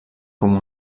com